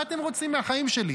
מה אתם רוצים מהחיים שלי?